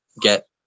get